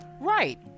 right